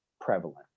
prevalent